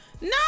No